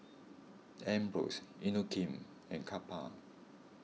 Ambros Inokim and Kappa